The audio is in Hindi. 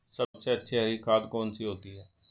सबसे अच्छी हरी खाद कौन सी होती है?